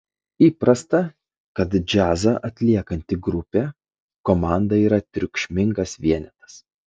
įprasta kad džiazą atliekanti grupė komanda yra triukšmingas vienetas